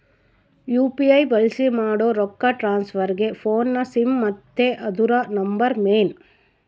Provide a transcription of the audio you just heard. UPI ಬಳ್ಸಿ ಮಾಡೋ ರೊಕ್ಕ ಟ್ರಾನ್ಸ್ಫರ್ಗೆ ಫೋನ್ನ ಸಿಮ್ ಮತ್ತೆ ಅದುರ ನಂಬರ್ ಮೇನ್